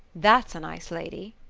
that's a nice lady!